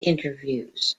interviews